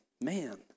man